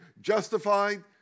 Justified